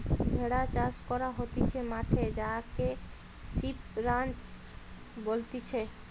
ভেড়া চাষ করা হতিছে মাঠে যাকে সিপ রাঞ্চ বলতিছে